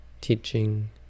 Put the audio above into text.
teaching